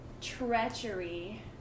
treachery